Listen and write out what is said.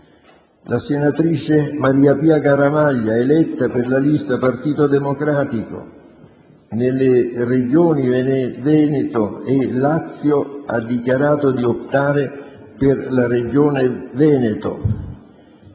la senatrice Mariapia Garavaglia, eletta per la lista «Partito Democratico» nelle Regioni Veneto e Lazio, ha dichiarato di optare per la Regione Veneto;